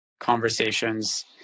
conversations